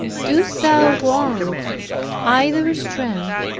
dost thou want either strength,